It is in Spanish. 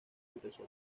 empezó